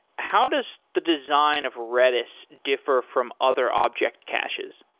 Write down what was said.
how does the design of redis differ from other object caches?